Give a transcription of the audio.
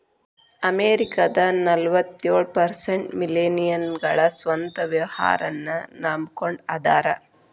ಅಮೆರಿಕದ ನಲವತ್ಯೊಳ ಪರ್ಸೆಂಟ್ ಮಿಲೇನಿಯಲ್ಗಳ ಸ್ವಂತ ವ್ಯವಹಾರನ್ನ ನಂಬಕೊಂಡ ಅದಾರ